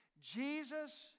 Jesus